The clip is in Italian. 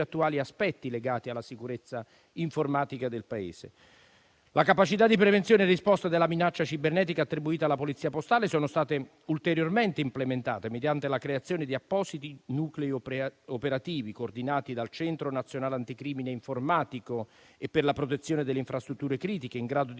attuali aspetti legati alla sicurezza informatica del Paese. Le capacità di prevenzione e risposta della minaccia cibernetica attribuite alla Polizia postale sono state ulteriormente implementate mediante la creazione di appositi nuclei operativi coordinati dal Centro nazionale anticrimine informatico e per la protezione delle infrastrutture critiche, in grado di